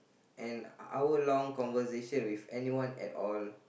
an hour long conversation with anyone and all